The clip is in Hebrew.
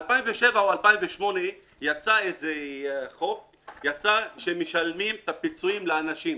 בשנת 2007 או 2008 נחקק חוק לפיו משלמים פיצויים לאנשים,